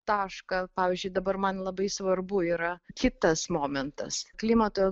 tašką pavyzdžiui dabar man labai svarbu yra kitas momentas klimato